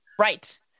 right